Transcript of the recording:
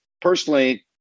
Personally